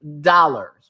dollars